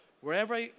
wherever